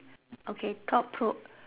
okay thought Pro